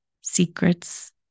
secrets